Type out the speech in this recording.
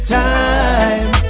time